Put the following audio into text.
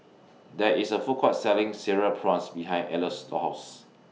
There IS A Food Court Selling Cereal Prawns behind Eloy's House